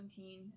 2017